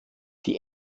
die